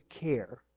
care